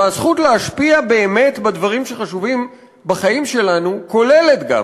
והזכות להשפיע באמת בדברים שחשובים בחיים שלנו כוללת גם